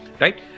right